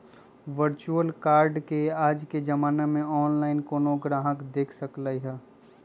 virtual card के आज के जमाना में ऑनलाइन कोनो गाहक देख सकलई ह